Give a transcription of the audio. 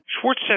Schwartz